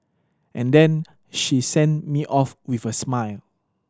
and then she sent me off with a smile